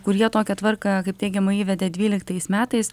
kur jie tokią tvarką kaip teigiama įvedė dvyliktais metais